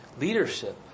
leadership